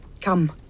Come